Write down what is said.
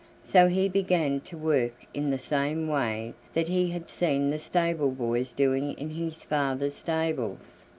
so he began to work in the same way that he had seen the stable-boys doing in his father's stables,